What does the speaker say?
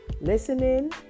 listening